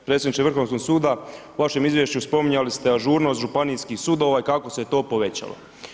Predsjedniče Vrhovnog suda u vašem izvješću spominjali ste ažurnost županijskih sudova i kako se to povećalo.